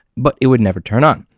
but it would never turn on.